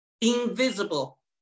Invisible